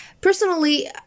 personally